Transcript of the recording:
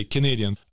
Canadian